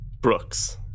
Brooks